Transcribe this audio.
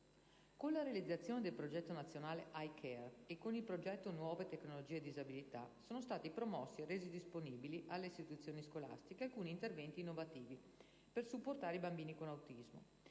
Con la realizzazione del progetto nazionale "I Care" e con il progetto "Nuove tecnologie e disabilità" sono stati promossi e resi disponibili alle istituzioni scolastiche alcuni interventi innovativi per supportare i bambini con autismo.